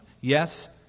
Yes